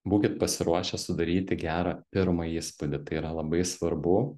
būkit pasiruošę sudaryti gerą pirmą įspūdį tai yra labai svarbu